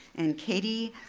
and katie,